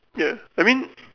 ya I mean